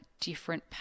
different